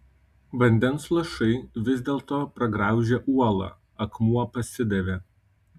vandens lašai vis dėlto pragraužė uolą akmuo pasidavė